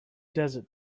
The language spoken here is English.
desert